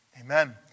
amen